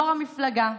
יו"ר המפלגה.